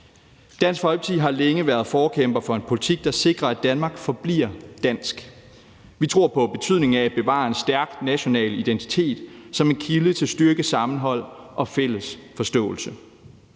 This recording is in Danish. Dansk Folkeparti har længe været forkæmpere for en politik, der sikrer, at Danmark forbliver dansk. Vi tror på betydningen af at bevare en stærk national identitet som en kilde til styrket sammenhold og fælles forståelse.